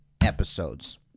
episodes